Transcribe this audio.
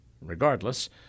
Regardless